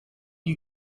you